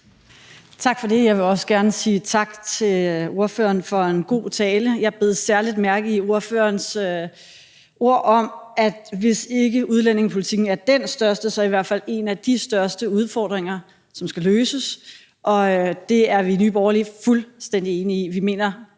Tak for det. Jeg vil også gerne sige tak til ordføreren for en god tale. Jeg bed særlig mærke i ordførerens ord om, at hvis ikke udlændingepolitikken er den største, er den i hvert fald en af de største udfordringer, som skal løses, og det er vi i Nye Borgerlige fuldstændig enige i.